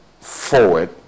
forward